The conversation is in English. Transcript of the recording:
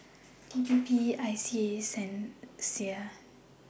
D P P I S E A S and Sia